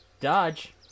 dodge